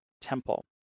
temple